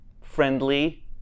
friendly